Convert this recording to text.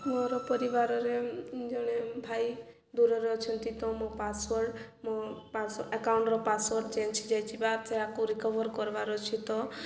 ମୋର ପରିବାରରେ ଜଣେ ଭାଇ ଦୂରରେ ଅଛନ୍ତି ତ ମୋ ପାସୱାର୍ଡ଼ ମୋ ଆକାଉଣ୍ଟର ପାସୱାର୍ଡ଼ ଚେଞ୍ଜ ହେଯାଇଯିବା ସେକୁ ରିକଭର୍ କରବାର ଅଛି ତ